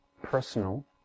personal